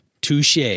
Touche